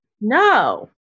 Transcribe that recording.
No